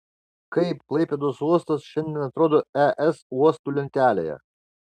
kaip klaipėdos uostas šiandien atrodo es uostų lentelėje